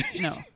No